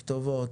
כתובות,